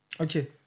Okay